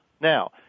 Now